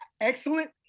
excellent